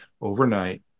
overnight